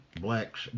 Black's